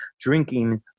drinking